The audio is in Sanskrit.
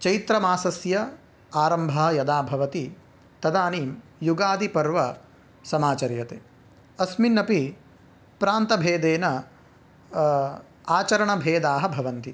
चैत्र मासस्य आरम्भं यदा भवति तदानीं युगादिपर्वं समाचर्यते अस्मिन्नपि प्रान्तभेदेन आचरणभेदाः भवन्ति